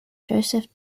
joseph